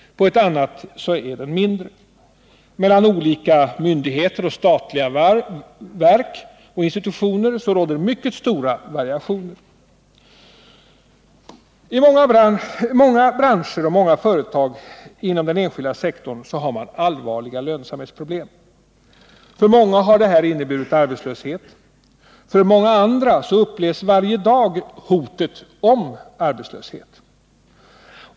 På ett annat är den mindre. Mellan olika myndigheter och statliga verk och institutioner förekommer mycket stora variationer. I många branscher och många företag inom den enskilda sektorn har man allvarliga lönsamhetsproblem. För många har detta inneburit arbetslöshet. Många andra upplever varje dag hotet om arbetslöshet.